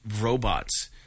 robots